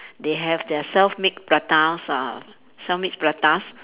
they have their self made pratas uh self made pratas